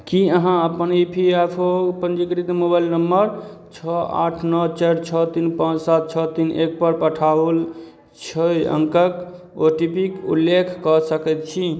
की अहाँ अपन E P F O पंजीकृत मोबाइल नंबर छओ आठ नओ चारि छओ तीन पाँच सात छओ तीन एक पर पठाओल छओ अंकक ओ टी पी क उल्लेख कऽ सकैत छी